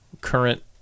current